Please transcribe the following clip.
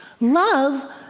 Love